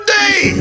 day